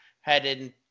headed